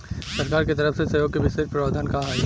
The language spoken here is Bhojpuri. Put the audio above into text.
सरकार के तरफ से सहयोग के विशेष प्रावधान का हई?